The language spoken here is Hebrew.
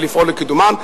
ולפעול לקידומן.